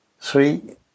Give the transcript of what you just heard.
Three